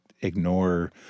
Ignore